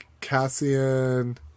Cassian